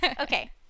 Okay